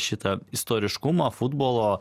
šitą istoriškumo futbolo